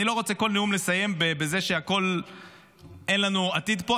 אני לא רוצה כל נאום לסיים בזה שאין לנו עתיד פה,